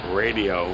radio